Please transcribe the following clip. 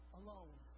alone